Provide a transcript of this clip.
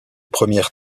premières